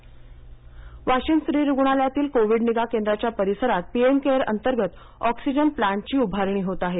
Washim oxygen plant Washim स्त्री रूग्णालयातील Covid निगा केंद्राच्या परिसरात पीएम केअर अंतर्गत ऑक्सिजन प्लांटची उभारणी होत आहे